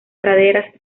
praderas